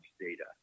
data